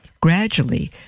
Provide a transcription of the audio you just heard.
Gradually